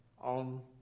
on